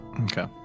okay